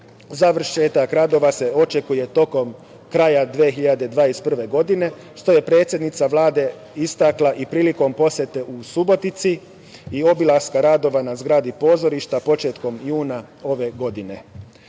završetak radova se očekuje tokom kraja 2021. godine, što je predsednica Vlade istakla i prilikom posete u Subotici i obilaska radova na zgradi pozorišta, početkom juna ove godine.Za